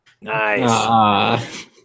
Nice